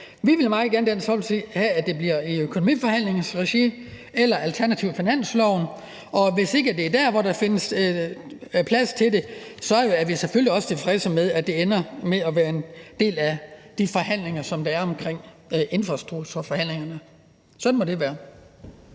meget gerne have, at det bliver i økonomiforhandlingsregi eller alternativt ved finanslovsforhandlingerne, og hvis ikke der findes plads til det der, er vi selvfølgelig også tilfredse med, at det ender med at være en del af infrastrukturforhandlingerne. Sådan må det være.